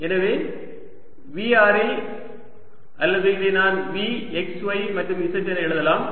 எனவே V r இல் அல்லது இதை நான் V x y மற்றும் z என எழுதலாம்